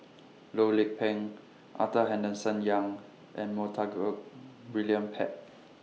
Loh Lik Peng Arthur Henderson Young and Montague William Pett